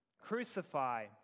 Crucify